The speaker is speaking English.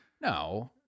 No